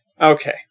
Okay